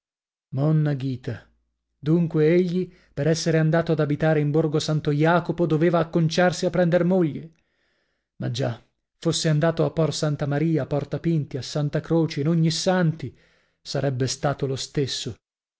monna ghita dunque egli per essere andato ad abitare in borgo santo jacopo doveva acconciarsi a prender moglie ma già fosse andato a por santa maria a porta pinti a santa croce in ognissanti sarebbe stato lo stesso